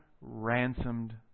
ransomed